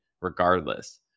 regardless